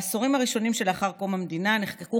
בעשורים הראשונים שלאחר קום המדינה נחקקו